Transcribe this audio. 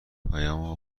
پیامو